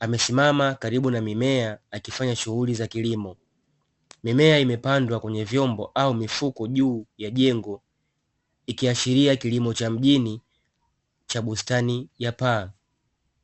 amesimama karibu na mimea akifanya shughuli za kilimo, mimea imepandwa kwenye vyombo au mifuko juu ya jengo ikiashiria kilimo cha mjini cha bustani ya paa.